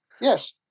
Yes